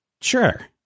Sure